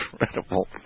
incredible